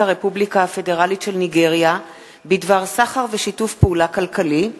הרפובליקה הפדרלית של ניגריה בדבר סחר ושיתוף פעולה כלכלי,